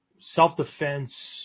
self-defense